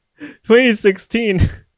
2016